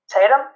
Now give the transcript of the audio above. Tatum